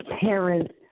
parents